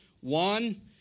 one